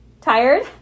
Tired